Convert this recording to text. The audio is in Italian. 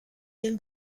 del